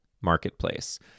marketplace